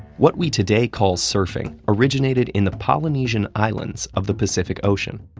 what we today call surfing originated in the polynesian islands of the pacific ocean.